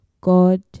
God